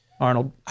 Arnold